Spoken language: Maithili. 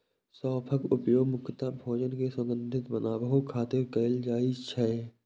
सौंफक उपयोग मुख्यतः भोजन कें सुगंधित बनाबै खातिर कैल जाइ छै